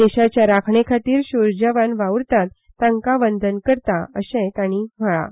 देशाचे राखणे खातीर शूर जवान वाव्रतात तांकां वंदन करता अशें तांणी म्हळें